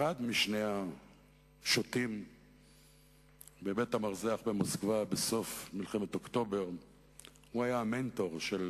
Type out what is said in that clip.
אחד משני השותים בבית-המרזח במוסקבה בסוף מלחמת אוקטובר היה המנטור של